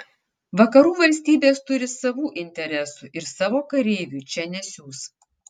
vakarų valstybės turi savų interesų ir savo kareivių čia nesiųs